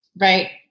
Right